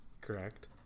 Correct